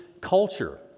culture